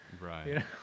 right